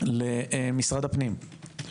למשרד הפנים.